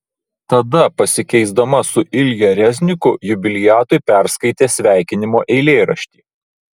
tada pasikeisdama su ilja rezniku jubiliatui perskaitė sveikinimo eilėraštį